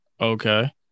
Okay